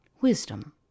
wisdom